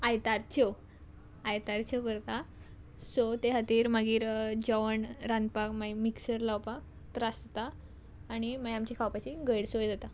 आयतारच्यो आयतारच्यो करता सो ते खातीर मागीर जेवण रांदपाक मागीर मिक्सर लावपाक त्रास जाता आनी मागीर आमची खावपाची गैरसोय जाता